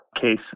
case